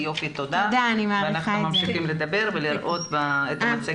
--- אנחנו ממשיכים לדבר ולראות את המצגת אצלנו.